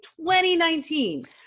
2019